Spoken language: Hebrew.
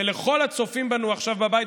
ולכל הצופים בנו עכשיו בבית,